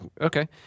Okay